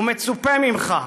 ומצופה ממך,